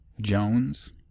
Jones